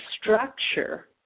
structure